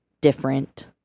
different